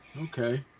okay